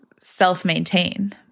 self-maintain